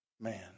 Man